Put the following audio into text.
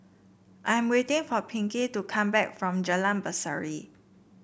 I am waiting for Pinkey to come back from Jalan Berseri